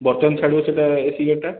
ବର୍ତ୍ତମାନ ଛାଡ଼ିବ ସେଇଟା ଏସି ଗାଡ଼ିଟା